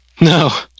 No